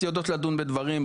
יודעות לדון בדברים.